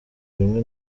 rimwe